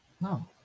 No